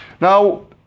Now